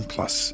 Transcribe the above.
Plus